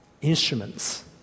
instruments